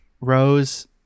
Rose